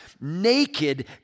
naked